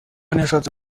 ntiyashatse